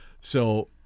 So-